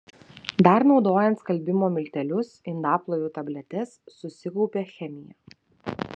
dar naudojant skalbimo miltelius indaplovių tabletes susikaupia chemija